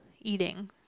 eating